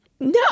No